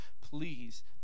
Please